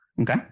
okay